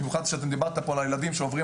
במיוחד כשדיברת פה על הילדים שעוברים